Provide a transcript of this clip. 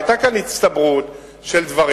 היתה כאן הצטברות של דברים.